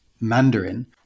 Mandarin